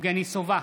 יבגני סובה,